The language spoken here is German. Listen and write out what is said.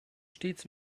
stets